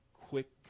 quick